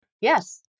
Yes